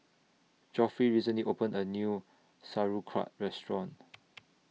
Geoffrey recently opened A New Sauerkraut Restaurant